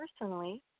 personally